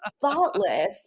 thoughtless